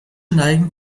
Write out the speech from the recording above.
neigen